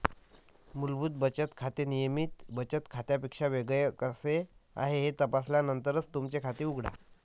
मूलभूत बचत खाते नियमित बचत खात्यापेक्षा वेगळे कसे आहे हे तपासल्यानंतरच तुमचे खाते उघडा